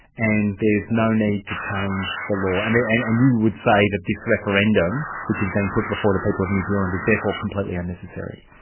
and there's no need to change the law. and and and you would say that this referendum, which has been put before the people of new zealand, is therefore completely unnecessary.